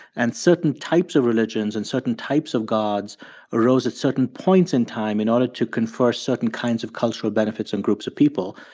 and certain types of religions and certain types of gods arose at certain points in time in order to confer certain kinds of cultural benefits on groups of people,